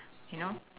you know